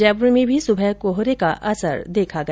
जयप्र में भी सुबह कोहरे का असर देखा गया